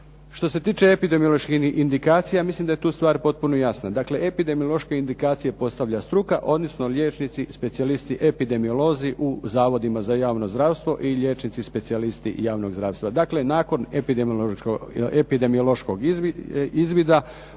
Što se tiče epidemioloških indikacija, ja mislim da je tu stvar potpuno jasna. Dakle, epidemiološke indikacije postavlja struka, odnosno liječnici specijalisti epidemiolozi u zavodima za javno zdravstvo i liječnici specijalisti javnog zdravstva. Dakle, nakon epidemiološkog izvida